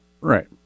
right